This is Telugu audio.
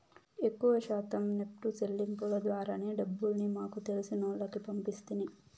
ఎక్కవ శాతం నెప్టు సెల్లింపుల ద్వారానే డబ్బుల్ని మాకు తెలిసినోల్లకి పంపిస్తిని